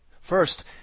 First